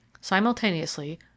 Simultaneously